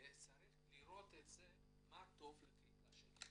צריך לראות מה טוב לקהילה שלי,